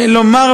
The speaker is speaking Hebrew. מה זאת אומרת,